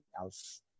else